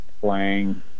playing